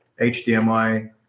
HDMI